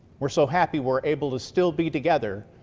we're so happy we're able to still be together,